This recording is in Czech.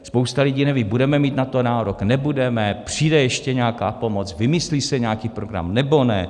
Spousta lidí neví: budeme mít na to nárok, nebudeme, přijde ještě nějaká pomoc, vymyslí se nějaký program, nebo ne?